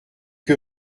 que